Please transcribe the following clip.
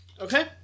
Okay